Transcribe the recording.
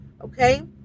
okay